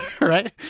right